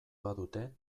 badute